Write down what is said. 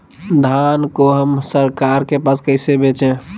धान को हम सरकार के पास कैसे बेंचे?